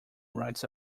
writes